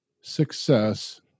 success